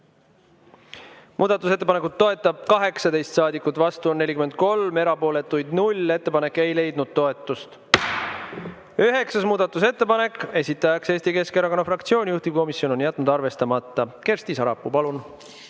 Muudatusettepanekut toetab 18 saadikut, vastu oli 43, erapooletuid 0. Ettepanek ei leidnud toetust. Üheksas muudatusettepanek, esitaja Eesti Keskerakonna fraktsioon, juhtivkomisjon on jätnud arvestamata. Kersti Sarapuu, palun!